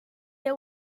they